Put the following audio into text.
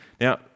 Now